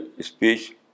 speech